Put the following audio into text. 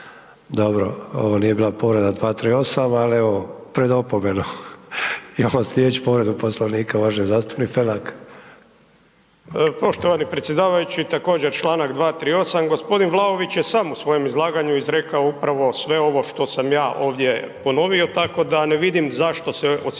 Dobro, ovo nije bila povreda 238., al evo, pred opomenu. Imamo slijedeću povredu Poslovnika, uvaženi zastupnik Felak. **Felak, Damir (HDZ)** Poštovani predsjedavajući, također čl. 238., g. Vlaović je sam u svojem izlaganju izrekao upravo sve ovo što sam ja ovdje ponovio, tako da ne vidim zašto se osjetio